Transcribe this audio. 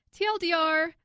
TLDR